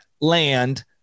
land